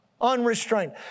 unrestrained